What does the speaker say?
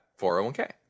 401k